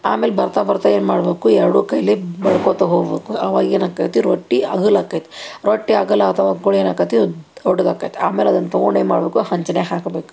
ಆಮೇಲೆ ಬರ್ತಾ ಬರ್ತಾ ಏನು ಮಾಡ್ಬೇಕು ಎರಡೂ ಕೈಲಿ ಬಡ್ಕೊತ ಹೋಗ್ಬೇಕು ಅವಾಗ ಏನು ಆಕತಿ ರೊಟ್ಟಿ ಅಗಲ ಆಕತಿ ರೊಟ್ಟಿ ಅಗಲ ಆಗ್ತ ಹೋದ ಕೂಡಲೇ ಏನು ಆಕತಿ ದೊಡ್ದು ಆಕತಿ ಆಮೇಲೆ ಅದನ್ನು ತೊಗೊಂಡು ಏನು ಮಾಡ್ಬೇಕು ಹಂಚಿನ್ಯಾಗ ಹಾಕ್ಬೇಕು